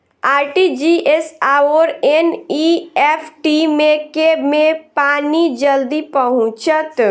RTGS आओर NEFT मे केँ मे पानि जल्दी पहुँचत